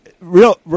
real